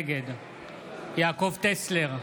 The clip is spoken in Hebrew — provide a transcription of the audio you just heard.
נגד יעקב טסלר,